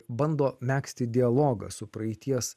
bando megzti dialogą su praeities